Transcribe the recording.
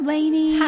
Lainey